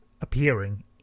appearing